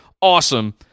awesome